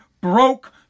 broke